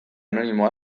anonimo